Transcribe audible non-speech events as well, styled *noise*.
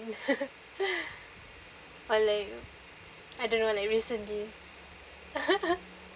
*laughs* on like I don't know like recently *laughs*